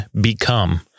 become